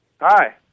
Hi